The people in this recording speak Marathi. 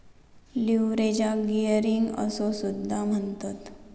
लीव्हरेजाक गियरिंग असो सुद्धा म्हणतत